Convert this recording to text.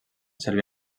serví